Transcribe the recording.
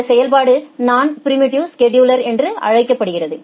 இந்த செயல்பாடு நான் ப்ரீம்ப்டிவ் ஸ்செடுலிங் என்று அழைக்கப்படுகிறது